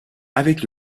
avec